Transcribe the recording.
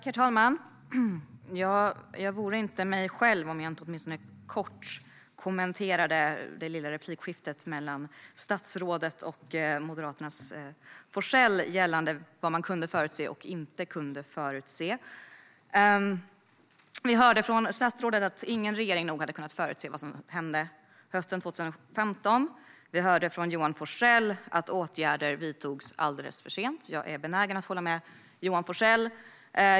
Herr talman! Jag vore inte mig själv om jag inte åtminstone kort kommenterade det lilla replikskiftet mellan statsrådet och Moderaternas Forssell gällande vad man kunde förutse och vad man inte kunde förutse. Vi hörde från statsrådet att nog ingen regering hade kunnat förutse vad som skulle hända hösten 2015. Vi hörde från Johan Forssell att åtgärder vidtogs alldeles för sent. Jag är benägen att hålla med Johan Forssell.